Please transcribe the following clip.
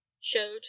showed